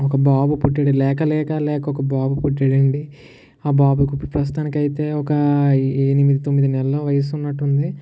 ఒక బాబు పుట్టాడు లేక లేక లేక ఒక బాబు పుట్టాడు అండి ఆ బాబుకి ఇపుడు ప్రస్తుతానికి అయితే ఒక ఎనిమిది తొమ్మిది నెలలు వయసు ఉన్నట్టు ఉంది